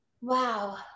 wow